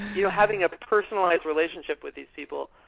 yeah having a personalized relationship with these people,